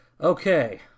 Okay